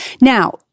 now